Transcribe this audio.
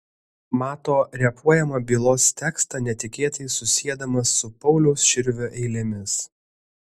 mato repuojamą bylos tekstą netikėtai susiedamas su pauliaus širvio eilėmis